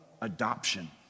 adoption